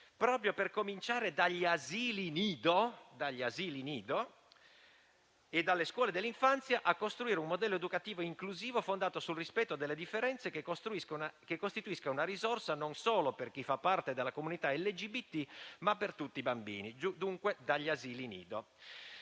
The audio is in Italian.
- ripeto, dagli asili nido - e dalle scuole dell'infanzia a costruire un modello educativo inclusivo fondato sul rispetto delle differenze che costituisca una risorsa non solo per chi fa parte della comunità LGBT, ma per tutti i bambini. Dunque, dagli asili nido.